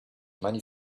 money